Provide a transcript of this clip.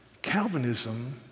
Calvinism